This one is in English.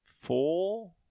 four